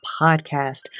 podcast